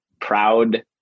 proud